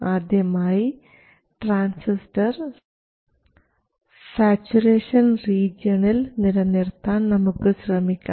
ആദ്യമായി transistor saturation റീജിയണിൽ നിലനിർത്താൻ നമുക്ക് ശ്രമിക്കാം